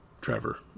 Trevor